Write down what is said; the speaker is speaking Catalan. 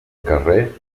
carrer